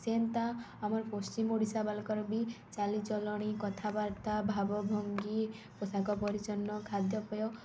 ସେନ୍ତା ଆମର୍ ପଶ୍ଚିମ୍ ଓଡ଼ିଶାବାଲେକର୍ ବି ଚାଲିଚଲଣି କଥାବାର୍ତ୍ତା ଭାବ ଭଙ୍ଗୀ ପୋଷାକ ପରିଚ୍ଛନ୍ନ ଖାଦ୍ୟପେୟ